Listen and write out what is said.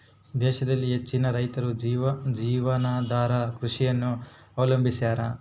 ದೇಶದಲ್ಲಿ ಹೆಚ್ಚಿನ ರೈತರು ಜೀವನಾಧಾರ ಕೃಷಿಯನ್ನು ಅವಲಂಬಿಸ್ಯಾರ